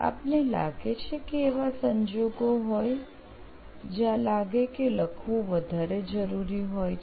આપને લાગે છે કે એવા સંજોગો હોય છે જ્યાં લાગે છે કે લખવું વધારે જરૂરી છે